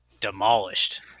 demolished